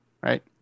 right